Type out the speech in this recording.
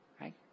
Right